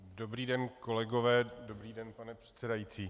Dobrý den, kolegové, dobrý den, pane předsedající.